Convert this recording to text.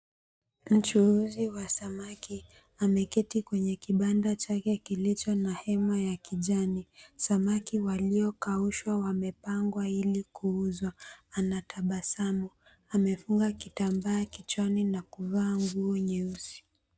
Mchuuzi wa samaki ameketi kwenye kibanda chake kilicho na hema ya kijani. Samaki waliokaushwa wamepanga ili kuuzwa. Anatabasamu, amefunga kitambaa kichwani na kuvaa nguo nyeusi.